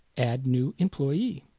add new employee